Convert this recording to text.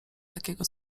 takiego